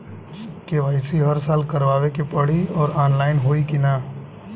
KYC हर साल करवावे के पड़ी और ऑनलाइन होई की ना?